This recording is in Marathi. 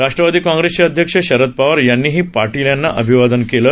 राष्ट्रवादी काँग्रेसचे अध्यक्ष शरद पवार यांनीही पाटील यांना अभिवादन केलं आहे